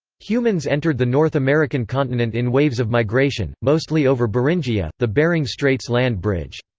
humans entered the north american continent in waves of migration, mostly over beringia, the bering straits land bridge.